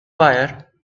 wire